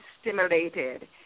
stimulated